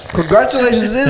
Congratulations